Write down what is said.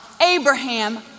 Abraham